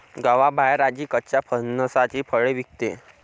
गावाबाहेर आजी कच्च्या फणसाची फळे विकते